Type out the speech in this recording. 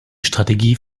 strategie